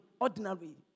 ordinary